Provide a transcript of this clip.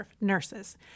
nurses